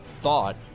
thought